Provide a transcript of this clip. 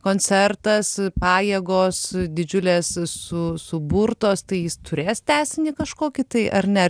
koncertas pajėgos didžiulės su suburtos tai jis turės tęsinį kažkokį tai ar ne ar